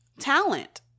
talent